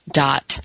dot